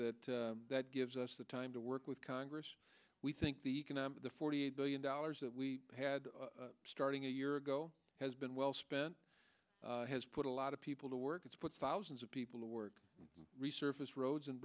that that gives us the time to work with congress we think the economic the forty eight billion dollars that we had starting a year ago has been well spent has put a lot of people to work it's put thousands of people to work resurface roads and